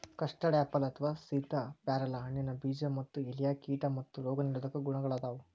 custard apple ಅಥವಾ ಸೇತಾಪ್ಯಾರಲ ಹಣ್ಣಿನ ಬೇಜ ಮತ್ತ ಎಲೆಯಾಗ ಕೇಟಾ ಮತ್ತ ರೋಗ ನಿರೋಧಕ ಗುಣಗಳಾದಾವು